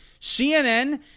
CNN